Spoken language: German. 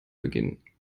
beginnen